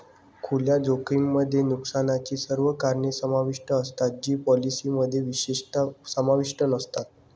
खुल्या जोखमीमध्ये नुकसानाची सर्व कारणे समाविष्ट असतात जी पॉलिसीमध्ये विशेषतः समाविष्ट नसतात